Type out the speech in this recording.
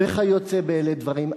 וכיוצא באלה דברים.